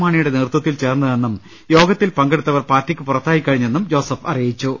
മാണിയുടെ നേതൃത്വത്തിൽ ചേർന്ന തെന്നും യോഗത്തിൽ പങ്കെടുത്തവർ പാർട്ടിക്ക് പുറത്തായി കഴിഞ്ഞെന്നും ജോസഫ് അറിയിച്ചു